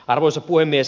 arvoisa puhemies